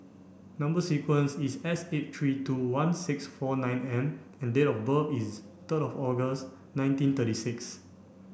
number sequence is S eight three two one six four nine M and date of birth is third of August nineteen thirty six